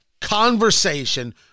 conversation